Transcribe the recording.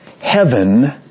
Heaven